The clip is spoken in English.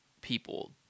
people